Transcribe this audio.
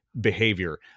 behavior